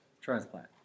transplant